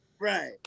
Right